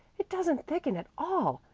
it doesn't thicken at all,